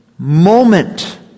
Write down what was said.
Moment